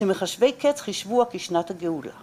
‫ומחשבי קץ חישבו ‫שנת הגאולה.